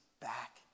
back